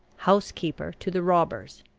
housekeeper to the robbers.